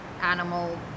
animal